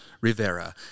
Rivera